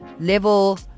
level